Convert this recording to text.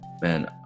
man